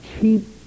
cheap